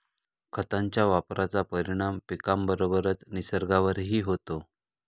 खतांच्या वापराचा परिणाम पिकाबरोबरच निसर्गावरही होतो